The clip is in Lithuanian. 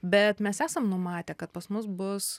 bet mes esam numatę kad pas mus bus